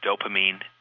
dopamine